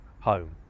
home